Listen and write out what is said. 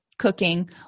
cooking